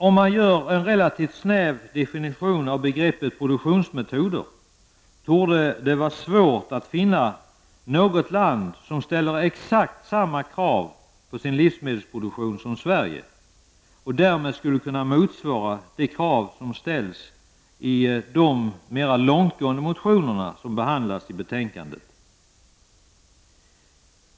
Om man gör en relativt snäv definition av begreppet produktionsmetoder torde det vara svårt att finna något land som ställer exakt samma krav på sin livsmedelsproduktion som Sverige och därmed skulle kunna motsvara de krav som ställs i de mera långtgående motioner som behandlas i betänkandet.